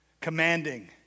commanding